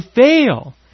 fail